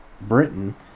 Britain